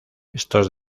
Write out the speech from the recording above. estos